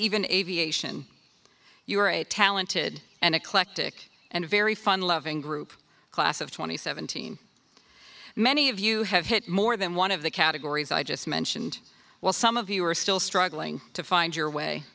even aviation you are a talented and eclectic and very fun loving group class of twenty seventeen many of you have hit more than one of the categories i just mentioned while some of you are still struggling to find your way